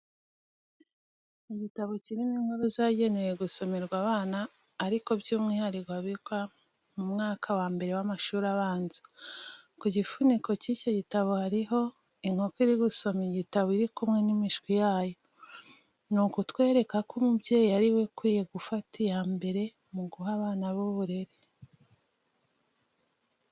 Igitabo kirimo inkuru zagenewe gusomerwa abana ariko by'umwihariko abiga mu mwaka wa mbere w'amashuri abanza, ku gifuniko cy'icyo gitabo hari ho inkoko iri gusoma igitabo iri kumwe n'imishwi yayo. Ni ukutwereka ko umubyeyi ari we ukwiye gufata iya mbere mu guha abana be uburere.